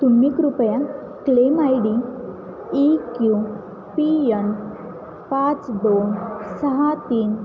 तुम्ही कृपया claim I D E Q P N पाच दोन सहा तीन